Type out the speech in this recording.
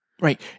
Right